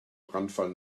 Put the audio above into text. brandfall